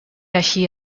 així